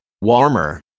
warmer